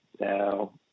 now